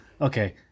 okay